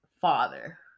father